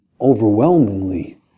overwhelmingly